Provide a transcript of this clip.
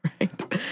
right